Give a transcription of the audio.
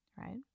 Right